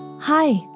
Hi